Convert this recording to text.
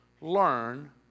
learn